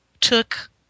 took